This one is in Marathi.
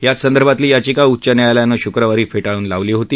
याच संदर्भातली याचिका उच्च न्यायालयानं शुक्रवारी फविळून लावली होती